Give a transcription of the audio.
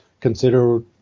consider